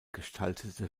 gestaltete